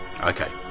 Okay